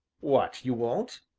what, you won't?